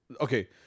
Okay